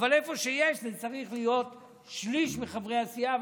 אבל איפה שיש זה צריך להיות שליש מחברי הסיעה.